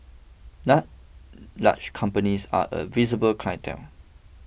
now large companies are a visible clientele